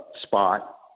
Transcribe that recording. spot